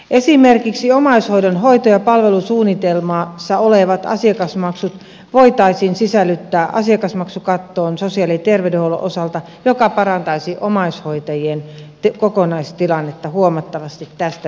esimerkiksi omaishoidon hoito ja palvelusuunnitelmassa olevat asiakasmaksut voitaisiin sisällyttää asiakasmaksukattoon sosiaali ja terveydenhuollon osalta mikä parantaisi omaishoitajien kokonaistilannetta huomattavasti tästä päivästä